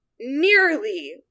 nearly